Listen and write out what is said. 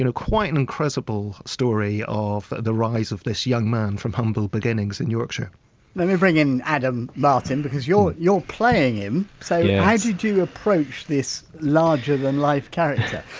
quite an incredible story of the rise of this young man from humble beginnings in yorkshire let me bring in adam martin, because you're you're playing him, so yeah how did you approach this larger than life character?